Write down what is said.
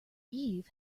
eve